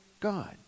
God